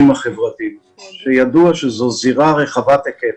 החברתיים וידוע שזו זירה רחבת היקף.